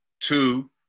Two